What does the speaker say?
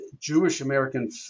Jewish-American